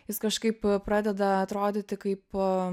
jis kažkaip pradeda atrodyti kaip